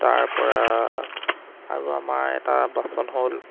তাৰপৰা আৰু আমাৰ এটা বাচন হ'ল